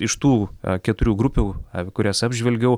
iš tų keturių grupių av kurias apžvelgiau